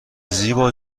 زیبا